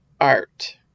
Art